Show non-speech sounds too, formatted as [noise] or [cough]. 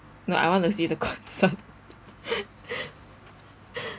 no I want to see the concert [laughs]